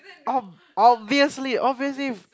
ob~ obviously obviously